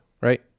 right